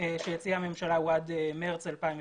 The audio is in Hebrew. שהציעה הממשלה הוא עד מארס 2021,